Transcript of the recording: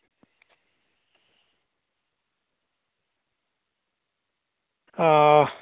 आ